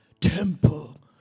temple